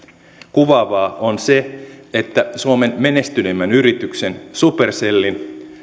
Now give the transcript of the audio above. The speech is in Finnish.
kuvaavaa on se että suomen menestyneimmän yrityksen supercellin